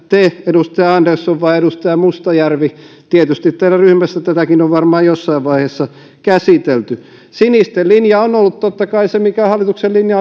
te edustaja andersson vai edustaja mustajärvi tietysti teidän ryhmässänne tätäkin on varmaan jossain vaiheessa käsitelty sinisten linja on ollut totta kai se mikä hallituksen linja